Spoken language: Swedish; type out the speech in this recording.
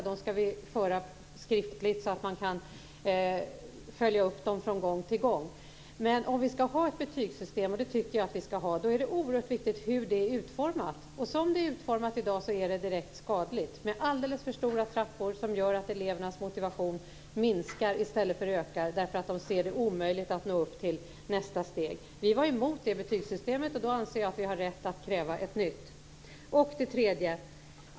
Det skall föras skriftliga anteckningar så att man kan göra en uppföljning från gång till gång. Men om vi skall ha ett betygssystem - och det tycker jag att vi skall ha - då är det oerhört viktigt hur det är utformat. Som det är utformat i dag är det direkt skadligt med alldeles för stora trappor som gör att elevernas motivation minskar i stället för ökar, därför att de ser det som omöjligt att nå upp till nästa steg. Vi var emot det betygssystemet, och därför anser jag att vi har rätt att kräva ett nytt.